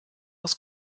aus